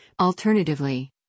Alternatively